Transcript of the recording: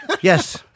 Yes